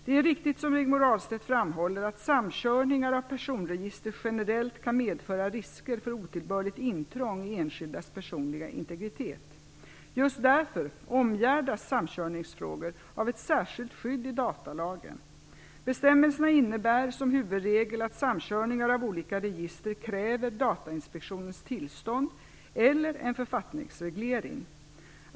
Det är riktigt, som Rigmor Ahlstedt framhåller, att samkörningar av personregister generellt kan medföra risker för otillbörligt intrång i enskildas personliga integritet. Just därför omgärdas samkörningsfrågor av ett särskilt skydd i datalagen. Bestämmelserna innebär som huvudregel att samkörningar av olika register kräver Datainspektionens illstånd eller en författningsreglering.